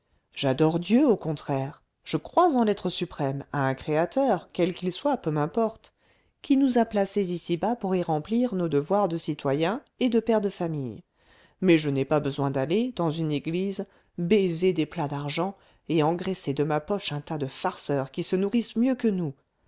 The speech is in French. j'adore dieu au contraire je crois en l'être suprême à un créateur quel qu'il soit peu m'importe qui nous a placés ici-bas pour y remplir nos devoirs de citoyen et de père de famille mais je n'ai pas besoin d'aller dans une église baiser des plats d'argent et engraisser de ma poche un tas de farceurs qui se nourrissent mieux que nous